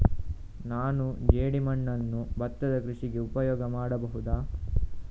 ನಾನು ಜೇಡಿಮಣ್ಣನ್ನು ಭತ್ತದ ಕೃಷಿಗೆ ಉಪಯೋಗ ಮಾಡಬಹುದಾ?